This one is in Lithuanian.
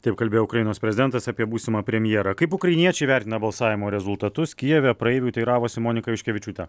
taip kalbėjo ukrainos prezidentas apie būsimą premjerą kaip ukrainiečiai vertina balsavimo rezultatus kijeve praeivių teiravosi monika juškevičiūtė